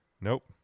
Nope